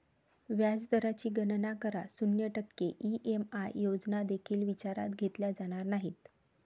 व्याज दराची गणना करा, शून्य टक्के ई.एम.आय योजना देखील विचारात घेतल्या जाणार नाहीत